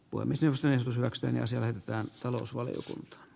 poimisi usein rax enää säväyttänyt talousvaliot